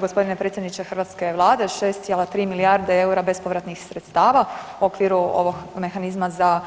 Gospodine predsjedniče hrvatske Vlade, 6,3 milijarde EUR-a bespovratnih sredstava u okviru ovog mehanizma za